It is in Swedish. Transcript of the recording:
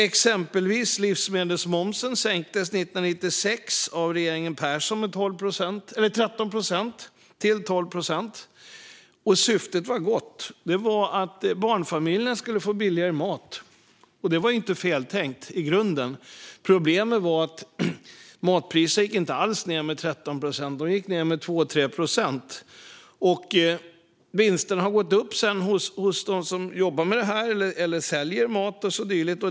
Exempelvis sänktes livsmedelsmomsen 1996 av regeringen Persson med 13 procentenheter till 12 procent. Syftet var gott, nämligen att barnfamiljerna skulle få billigare mat. Det var inte feltänkt i grunden; problemet var att matpriserna inte alls gick ned lika mycket utan bara med 2-3 procent. Sedan har vinsterna gått upp hos dem som säljer mat och dylikt.